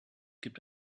gibt